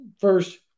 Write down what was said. First